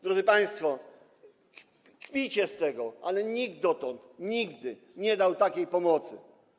Drodzy państwo, kpicie z tego, ale nikt dotąd nie dał takiej pomocy.